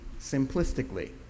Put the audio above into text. simplistically